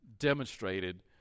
demonstrated